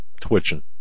twitching